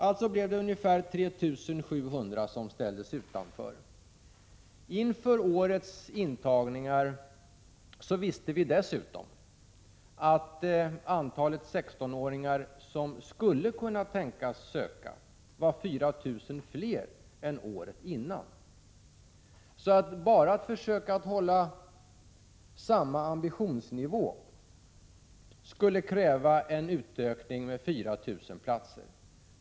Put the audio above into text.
Det blev alltså ungefär 3 700 som ställdes utanför. Inför årets intagningar visste vi dessutom att antalet 16-åringar som skulle kunna tänkas söka var 4 000 fler än året innan. Att bara hålla samma ambitionsnivå skulle alltså kräva en utökning med 4 000 platser.